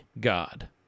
God